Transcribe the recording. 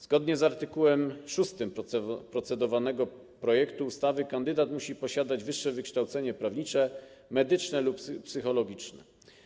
Zgodnie z art. 6 procedowanego projektu ustawy kandydat musi posiadać wyższe wykształcenie prawnicze, medyczne lub psychologiczne.